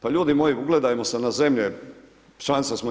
Pa ljudi moji, ugledajte se na zemlje, članica smo EU.